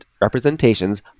representations